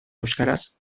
euskaraz